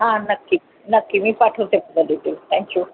हां नक्कीच नक्की मी पाठवते तुला डीटेल्स थँक्यू